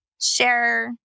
share